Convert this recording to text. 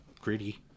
gritty